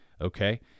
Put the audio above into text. okay